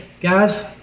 guys